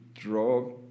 draw